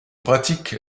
pratique